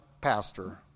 pastor